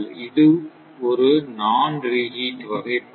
இது ஒரு non reheat வகை படம்